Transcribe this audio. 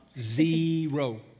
Zero